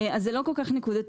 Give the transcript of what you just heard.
אז זה לא כל כך נקודתי.